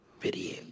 video